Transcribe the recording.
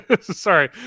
Sorry